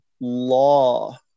law